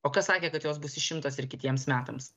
o kas sakė kad jos bus išimtos ir kitiems metams